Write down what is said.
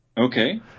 Okay